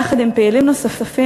יחד עם פעילים נוספים.